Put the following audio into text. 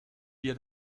wir